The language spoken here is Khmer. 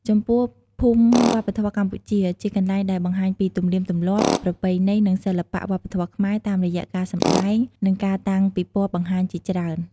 ចំពោះភូមិវប្បធម៌កម្ពុជា ជាកន្លែងដែលបង្ហាញពីទំនៀមទម្លាប់ ប្រពៃណី និងសិល្បៈវប្បធម៌ខ្មែរតាមរយៈការសម្តែង និងការតាំងពិពណ៌បង្ហាញជាច្រើន។